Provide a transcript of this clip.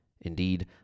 Indeed